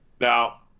Now